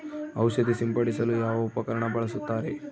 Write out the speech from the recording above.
ಔಷಧಿ ಸಿಂಪಡಿಸಲು ಯಾವ ಉಪಕರಣ ಬಳಸುತ್ತಾರೆ?